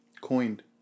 Coined